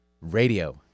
radio